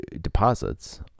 deposits